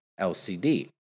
LCD